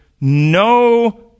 no